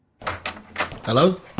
Hello